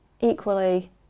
equally